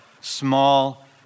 small